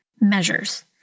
Measures